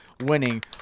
winning